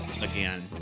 again